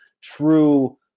true